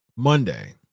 Monday